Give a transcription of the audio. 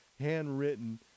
handwritten